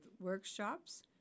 workshops